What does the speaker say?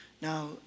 Now